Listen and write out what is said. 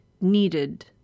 needed